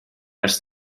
als